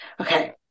Okay